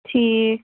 ٹھیٖک